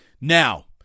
Now